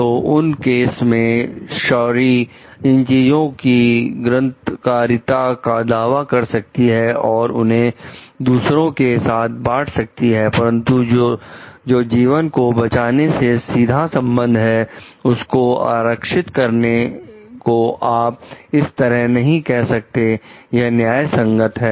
तो उन केस में शैरी इन चीजों की ग्रंथकारिता का दावा कर सकती है और उन्हें दूसरों के साथ बांट सकती हैं परंतु जो जीवन को बचाने से सीधा संबंधित है उसको आरक्षित करने को आप इस तरह नहीं कह सकते यह न्याय संगत है